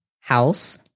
house